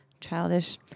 childish